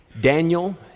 Daniel